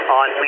on